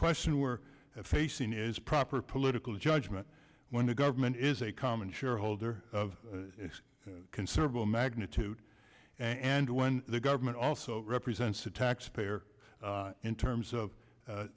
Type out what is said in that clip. question we're facing is proper political judgment when the government is a common shareholder of considerable magnitude and when the government also represents a taxpayer in terms of